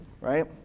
right